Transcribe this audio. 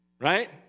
Right